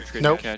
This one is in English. Nope